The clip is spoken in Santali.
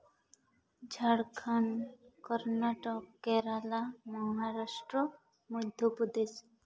ᱡᱷᱟᱲᱠᱷᱚᱸᱰ ᱠᱚᱨᱱᱟᱴᱚᱠ ᱠᱮᱨᱟᱞᱟ ᱢᱚᱦᱟᱨᱟᱥᱴᱨᱚ ᱢᱚᱫᱽᱫᱷᱚᱯᱨᱚᱫᱮᱥ